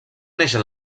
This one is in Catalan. neixen